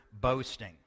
boasting